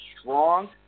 strong